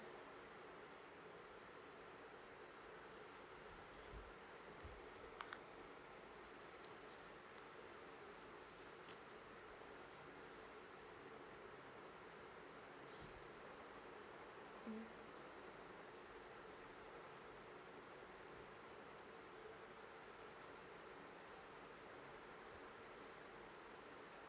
uh mm